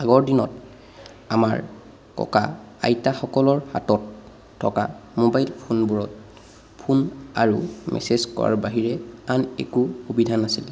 আগৰ দিনত আমাৰ ককা আইতাসকলৰ হাতত থকা মোবাইল ফোনবোৰত ফোন আৰু মেছেজ কৰাৰ বাহিৰে আন একো সুবিধা নাছিল